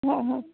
हो हो